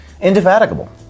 indefatigable